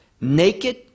Naked